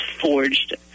forged